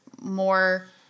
more